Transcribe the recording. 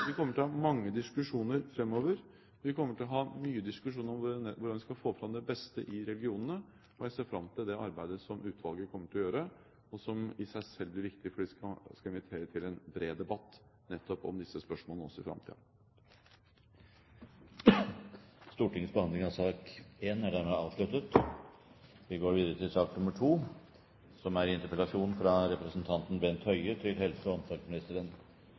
Vi kommer til å ha mange diskusjoner framover, vi kommer til å ha mye diskusjon om hvordan vi skal få fram det beste i religionene. Jeg ser fram til det arbeidet som utvalget kommer til å gjøre, og som i seg selv blir viktig, for det skal invitere til en bred debatt nettopp om disse spørsmålene også i framtiden. Interpellasjonsdebatten er dermed avsluttet. Helsepersonell, herunder leger, er den viktigste ressursen i spesialisthelsetjenesten. Et godt arbeidsmiljø er helt avgjørende for at de skal kunne gjøre en god jobb og